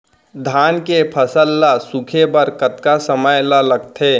धान के फसल ल सूखे बर कतका समय ल लगथे?